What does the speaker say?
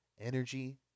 energy